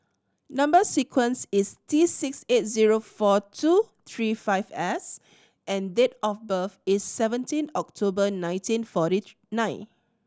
number sequence is T six eight zero four two three five S and date of birth is seventeen October nineteen forty nine